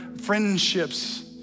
friendships